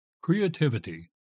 Creativity